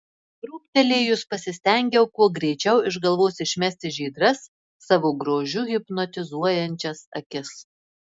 krūptelėjusi pasistengiau kuo greičiau iš galvos išmesti žydras savo grožiu hipnotizuojančias akis